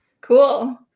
cool